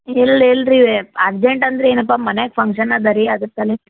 ಇಲ್ಲ ಇಲ್ಲ ರೀ ಅರ್ಜೆಂಟ್ ಅಂದ್ರ ಏನಪ್ಪ ಮನ್ಯಾಗ ಫಂಕ್ಷನ್ ಅದ ರೀ ಅದಕನೀ